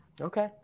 Okay